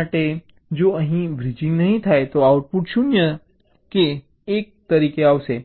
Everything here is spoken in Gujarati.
કારણ કે જો અહીં બ્રિજિંગ નહીં થાય તો આઉટપુટ 0 કે 1 તરીકે આવશે